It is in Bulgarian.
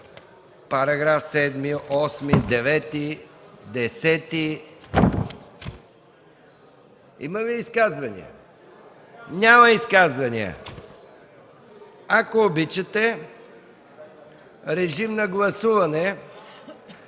параграфи 7, 8, 9, 10 и 11. Има ли изказвания? Няма изказвания. Ако обичате, режим на гласуване